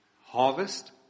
Harvest